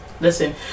listen